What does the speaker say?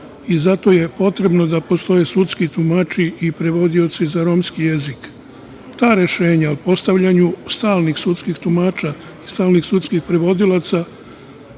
i zato je potrebno da postoje sudski tumači i prevodioci za romski jezik. Ta rešenja o postavljanju stalnih sudskih tumača, stalnih sudskih prevodilaca